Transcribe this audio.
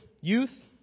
youth